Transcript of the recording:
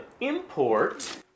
import